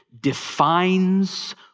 defines